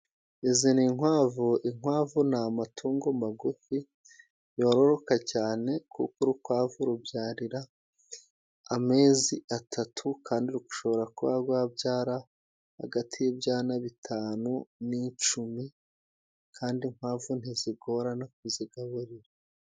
Izi ni inkwavu. inkwavu ni amatungo magufi yororoka cyane kuko urukwavu rubyarira amezi atatu, kandi rushobora kuba rwabyara hagati y'ibyana bitanu n'icumi, kandi inkwavu ntizigorana kuzigaburira.